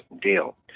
deal